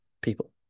people